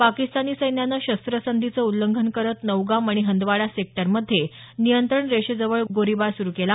पाकिस्तानी सैन्यानं शस्त्रसंधीचं उल्लंघन करत नौगाम आणि हंदवाडा सेक्टरमध्ये नियंत्रण रेषेजवळ गोळीबार सुरु केला